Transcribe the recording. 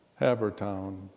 Havertown